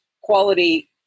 quality